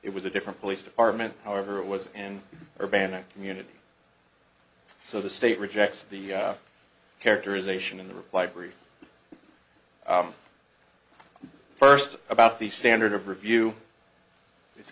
it was a different police department however it was an urbana community so the state rejects the characterization in the reply brief first about the standard of review it's